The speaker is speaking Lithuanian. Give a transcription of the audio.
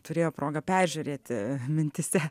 turėjo progą peržiūrėti mintyse